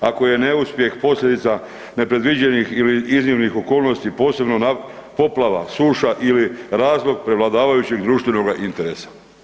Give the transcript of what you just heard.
Ako je neuspjeh posljedica nepredviđenih ili iznimnih okolnosti posebno poplava, suša ili razlog prevladavajućeg društvenoga interesa.